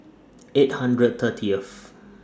eight hundred thirtieth